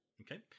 Okay